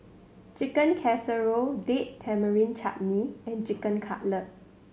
Chicken Casserole Date Tamarind Chutney and Chicken Cutlet